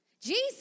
Jesus